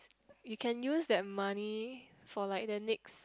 you can use that money for like the next